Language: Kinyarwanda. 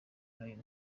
n’uyu